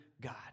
God